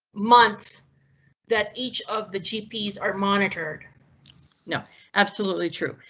month that each of the gps are monitored know absolutely true.